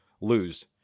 lose